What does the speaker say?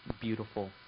beautiful